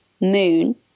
moon